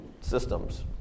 systems